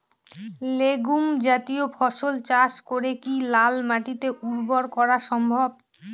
Legume জাতীয় ফসল চাষ করে কি লাল মাটিকে উর্বর করা সম্ভব?